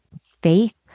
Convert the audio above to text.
faith